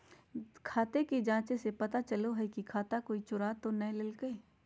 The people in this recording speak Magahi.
खाते की जाँच से पता चलो हइ की खाता कोई चोरा तो नय लेलकय